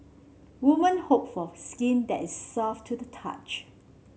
woman hope for skin that is soft to the touch